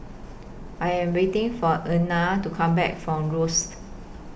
I Am waiting For Ena to Come Back from Rosyth